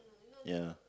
ya